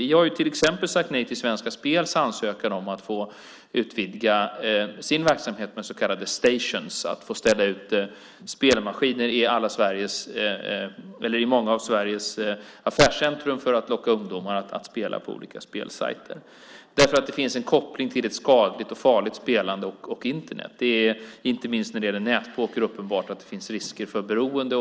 Vi har till exempel sagt nej till Svenska Spels ansökan om att få utvidga sin verksamhet med så kallade stations , att få ställa ut spelmaskiner i många av Sveriges affärscentrum för att locka ungdomar att spela på olika spelsajter. Det har vi gjort därför att det finns en koppling till ett skadligt och farligt spelande och Internet. Inte minst när det gäller nätpoker är det uppenbart att det finns risker för beroende.